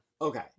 Okay